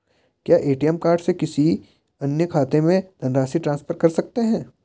क्या ATM card से किसी अन्य खाते में धनराशि ट्रांसफर कर सकता हूँ?